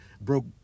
broke